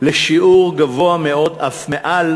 לשיעור גבוה מאוד, אף מעל